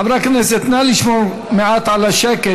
חברי הכנסת, נא לשמור מעט על השקט.